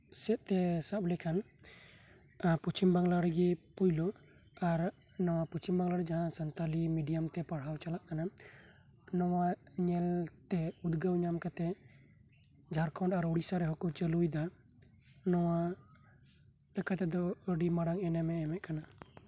ᱥᱮᱫ ᱛᱮ ᱥᱟᱵ ᱞᱮᱠᱷᱟᱱ ᱯᱚᱪᱷᱤᱢ ᱵᱟᱝᱞᱟ ᱨᱮᱜᱮ ᱯᱳᱭᱞᱳ ᱟᱨ ᱱᱚᱣᱟ ᱯᱩᱪᱷᱤᱢ ᱵᱟᱝᱞᱟ ᱨᱮ ᱡᱟᱦᱟᱸ ᱥᱟᱱᱛᱟᱞᱤ ᱢᱤᱰᱤᱭᱟᱢ ᱛᱮ ᱯᱟᱲᱦᱟᱣ ᱪᱟᱞᱟᱜ ᱠᱟᱱᱟ ᱱᱚᱣᱟ ᱧᱮᱞ ᱛᱮ ᱩᱫᱽᱜᱟᱹᱣ ᱧᱟᱢ ᱠᱟᱛᱮᱜ ᱡᱷᱟᱨᱠᱷᱚᱸᱰ ᱟᱨ ᱩᱲᱤᱥᱥᱟ ᱨᱮᱦᱚᱸᱠᱚ ᱪᱟᱞᱩᱭ ᱫᱟ ᱱᱚᱣᱟ ᱞᱮᱠᱟᱛᱮᱫᱚ ᱟᱰᱤ ᱢᱟᱨᱟᱝ ᱮᱱᱮᱢᱮ ᱮᱢᱮᱫ ᱠᱟᱱᱟ